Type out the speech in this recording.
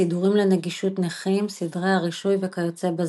סידורים לנגישות נכים, סדרי הרישוי וכיוצא בזה.